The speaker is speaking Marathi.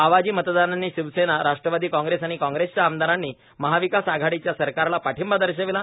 आवाजी मतदानांनी शिवसेना राट्रवादी काँग्रेस आणि काँग्रेसच्या आमदारांनी महाविकास आघाडीच्या सरकारला पाठिंबा दर्शविला